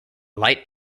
light